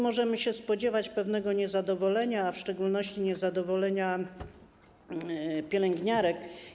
Możemy się spodziewać pewnego niezadowolenia, w szczególności niezadowolenia pielęgniarek.